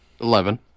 eleven